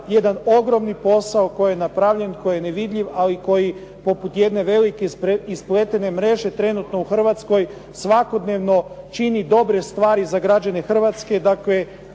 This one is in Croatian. jedan ogromni posao koji je napravljen, koji je nevidljiv ali koji poput jedne velike ispletene mreže trenutno u Hrvatskoj svakodnevno čini dobre stvari za građane Hrvatske, dakle